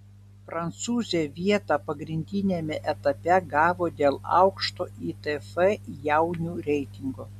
prancūzė vietą pagrindiniame etape gavo dėl aukšto itf jaunių reitingo